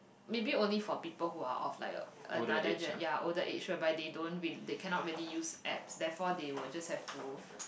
maybe only for people who are of like another gen~ ya older age whereby they don't really they cannot really use apps therefore they will just have to